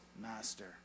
master